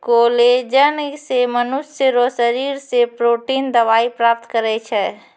collagen से मनुष्य रो शरीर से प्रोटिन दवाई प्राप्त करै छै